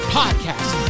podcast